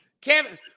Kevin